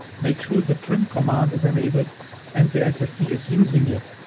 make sure the trim command is enabled and the ssd is using it.